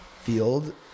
field